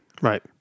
Right